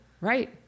right